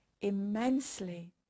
immensely